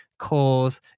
Cause